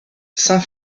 saint